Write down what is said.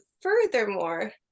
furthermore